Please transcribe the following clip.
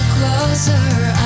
Closer